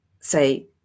say